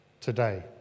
today